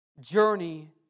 journey